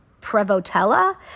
prevotella